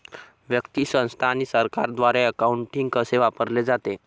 व्यक्ती, संस्था आणि सरकारद्वारे अकाउंटिंग कसे वापरले जाते